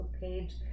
page